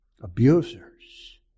Abusers